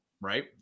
right